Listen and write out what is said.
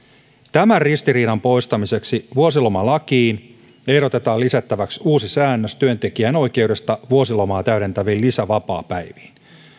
tämän ristiriidan poistamiseksi vuosilomalakiin ehdotetaan lisättäväksi uusi säännös työntekijän oikeudesta vuosilomaa täydentäviin lisävapaapäiviin